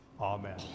Amen